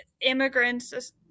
immigrants